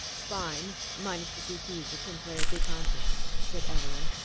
fine! mine is to teach music and play at big concerts, said evelyn.